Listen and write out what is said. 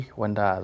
wanda